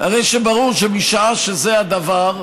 הרי שברור שמשעה שזה הדבר,